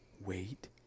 wait